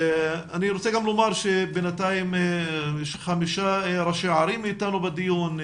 אני רוצה גם לומר שבינתיים חמישה ראשי ערים איתנו בדיון,